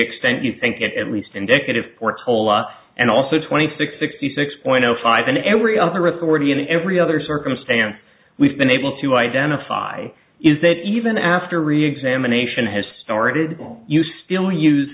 extent you think it at least indicative portola and also twenty six sixty six point zero five and every other authority in every other circumstance we've been able to identify is that even after reexamination has started will you still use